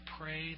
pray